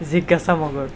জিজ্ঞাসা মগৰ